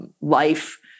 life